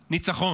ניצחון,